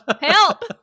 Help